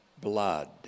blood